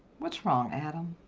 what's wrong, adam?